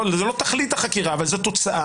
זה לא תכלית החקירה, אבל זו תוצאה.